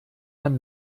man